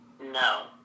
No